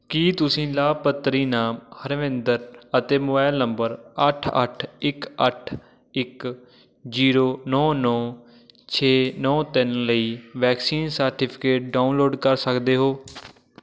ਕੀ ਤੁਸੀਂ ਲਾਭਪਤਰੀ ਨਾਮ ਹਰਮਿੰਦਰ ਅਤੇ ਮੋਬਾਈਲ ਨੰਬਰ ਅੱਠ ਅੱਠ ਇੱਕ ਅੱਠ ਇੱਕ ਜ਼ੀਰੋ ਨੌ ਨੌ ਛੇ ਨੌ ਤਿੰਨ ਲਈ ਵੈਕਸੀਨ ਸਰਟੀਫਿਕੇਟ ਡਾਊਨਲੋਡ ਕਰ ਸਕਦੇ ਹੋ